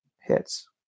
hits